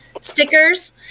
stickers